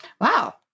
Wow